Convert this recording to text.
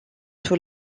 sous